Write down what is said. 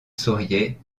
souriait